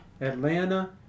Atlanta